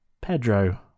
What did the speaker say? pedro